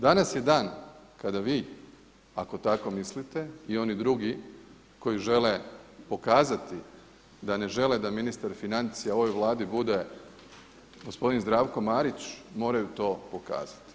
Danas je dan kada vi ako tako mislite i oni drugi koji žele pokazati da ne žele da ministar financija u ovoj Vladi bude gospodin Zdravko Marić moraju to pokazati.